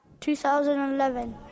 2011